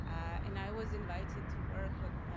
and i was invited to work with,